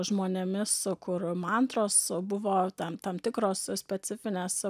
žmonėmis kur mantros buvo tam tam tikros specifinės